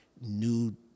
new